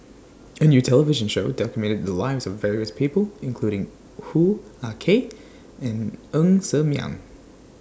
A New television Show documented The Lives of various People including Hoo Ah Kay and Ng Ser Miang